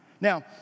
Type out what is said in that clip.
Now